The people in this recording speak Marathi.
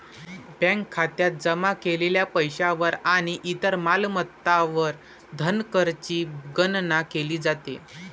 बँक खात्यात जमा केलेल्या पैशावर आणि इतर मालमत्तांवर धनकरची गणना केली जाते